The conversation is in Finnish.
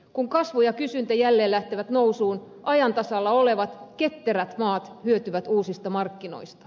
kun kasvu ja kysyntä jälleen lähtevät nousuun ajan tasalla olevat ketterät maat hyötyvät uusista markkinoista